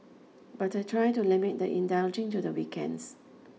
but I try to limit the indulging to the weekends